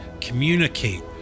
communicate